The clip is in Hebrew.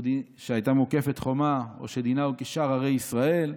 שהייתה מוקפת חומה, או שדינה הוא כשאר ערי ישראל?